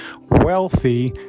wealthy